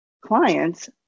clients